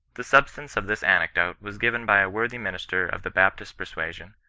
the substance of this anecdote was given by a worthy minister of the baptist persua sion,